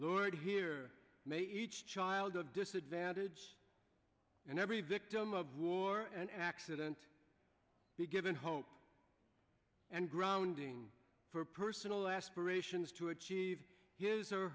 lord here may each child of disadvantage and every victim of war and accident be given hope and grounding for personal aspirations to achieve